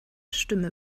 stimme